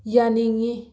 ꯌꯥꯅꯤꯡꯉꯤ